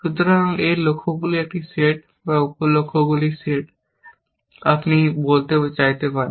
সুতরাং এটি লক্ষ্যগুলির একটি সেট বা উপ লক্ষ্যগুলির সেট আপনি বলতে চাইতে পারেন